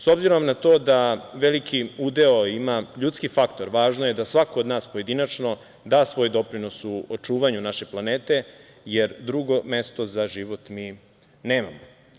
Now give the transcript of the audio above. S obzirom na to da veliki udeo ima ljudski faktor, važno je da svako od nas pojedinačno da svoj doprinos u očuvanju naše planete, jer drugo mesto za život mi nemamo.